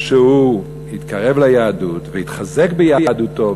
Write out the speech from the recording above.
ומכיוון שהוא התקרב ליהדות והתחזק ביהדותו,